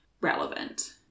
relevant